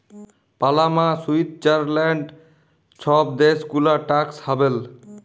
Panama, Switzerland ছব দ্যাশ গুলা ট্যাক্স হ্যাভেল